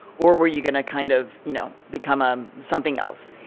or were you going to kind of you know, become a, something else,